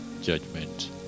judgment